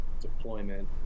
deployment